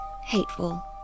hateful